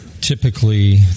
typically